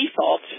default